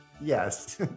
Yes